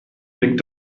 blinkt